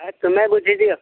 ହଁ ତୁମେ ବୁଝିଦିଅ